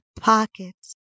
pockets